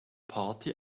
party